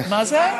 מה זה?